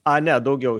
ai ne daugiau